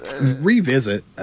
revisit